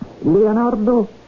Leonardo